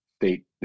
State